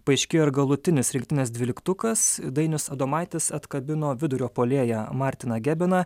paaiškėjo ir galutinis rinktinės dvyliktukas dainius adomaitis atkabino vidurio puolėją martiną gebeną